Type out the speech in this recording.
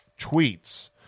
tweets